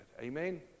Amen